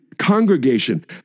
congregation